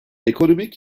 ekonomik